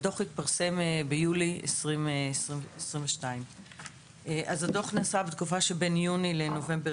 הדוח התפרסם ביולי 2022. הדוח נעשה בתקופה שבין יוני לנובמבר